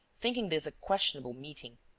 thinking this a questionable meeting.